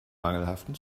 mangelhaften